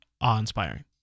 awe-inspiring